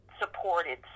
supported